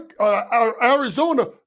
Arizona